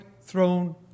throne